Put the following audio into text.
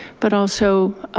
but also